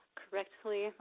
correctly